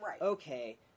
okay